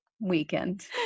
weekend